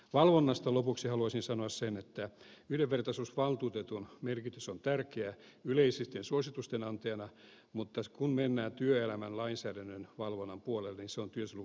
valvonnasta lopuksi haluaisin sanoa sen että yhdenvertaisuusvaltuutetun merkitys on tärkeä yleisten suositusten antajana mutta kun mennään työelämän lainsäädännön valvonnan puolelle son kry slu